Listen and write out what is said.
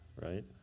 right